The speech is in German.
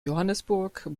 johannesburg